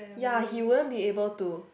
ya he won't be able to